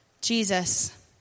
Jesus